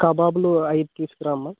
కబాబులు ఐదు తీసుకురామ్మ